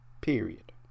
Period